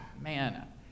man